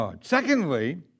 Secondly